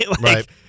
right